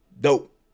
Dope